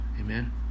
Amen